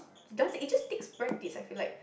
dancing it just takes practice I feel like